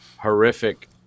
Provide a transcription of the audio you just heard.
horrific